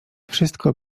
wszystko